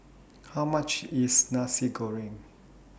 How much IS Nasi Goreng